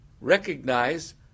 recognize